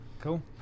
Cool